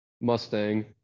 Mustang